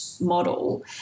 model